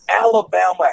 Alabama